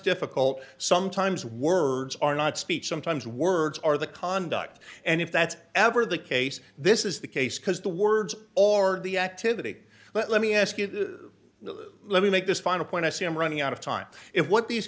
difficult sometimes words are not speech sometimes words are the conduct and if that's ever the case this is the case because the words or the activity but let me ask you the let me make this final point i see i'm running out of time if what these